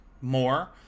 more